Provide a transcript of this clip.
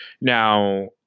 Now